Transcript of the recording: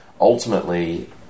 Ultimately